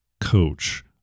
coach